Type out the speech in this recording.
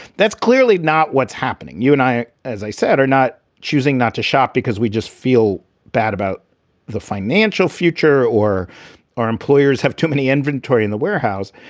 that's clearly not what's happening. you and i, as i said, are not choosing not to shop because we just feel bad about the financial future or our employers have too many inventory in the warehouse.